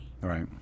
Right